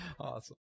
Awesome